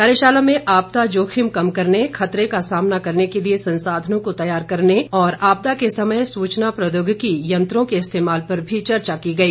कार्यशाला में आपदा जोखिम कम करने खतरे का सामना करने के लिए संसाधनों को तैयार करने और आपदा के समय सूचना प्रौद्योगिकी यंत्रों के इस्तेमाल पर भी चर्चा की गई